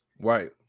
Right